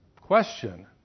Question